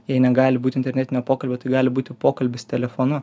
jei negali būt internetinio pokalbio tai gali būti pokalbis telefonu